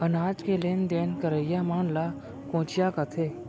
अनाज के लेन देन करइया मन ल कोंचिया कथें